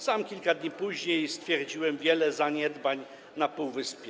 Sam kilka dni później stwierdziłem wiele zaniedbań na półwyspie.